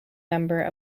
member